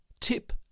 tip